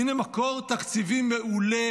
הינה מקור תקציבי מעולה